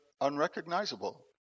unrecognizable